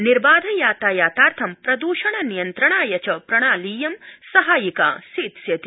निर्बाध यातायातार्थं प्रदृषण नियन्त्रणाय च प्रणालीयं सहायिका सेत्स्यति